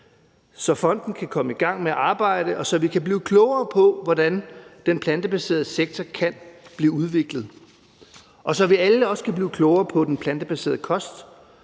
så fonden kan komme i gang med at arbejde, og så vi kan blive klogere på, hvordan den plantebaserede sektor kan blive udviklet, og så vi alle også kan blive klogere på den plantebaserede kost,